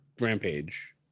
Rampage